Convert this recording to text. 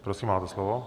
Prosím, máte slovo.